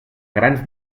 grans